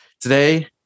Today